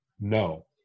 No